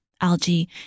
algae